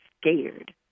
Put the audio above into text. scared